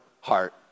heart